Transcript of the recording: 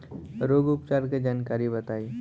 रोग उपचार के जानकारी बताई?